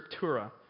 scriptura